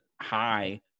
high